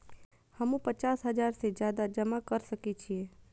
हमू पचास हजार से ज्यादा जमा कर सके छी?